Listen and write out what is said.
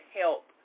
help